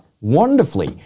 wonderfully